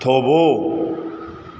થોભો